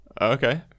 Okay